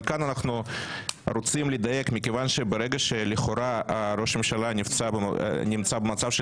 אבל כאן אנחנו רוצים לדייק מכיוון שברגע שלכאורה ראש הממשלה נמצא במצב של